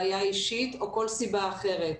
בעיה אישית או כל סיבה אחרת.